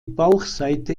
bauchseite